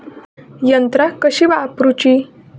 यंत्रा कशी वापरूची?